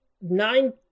Nine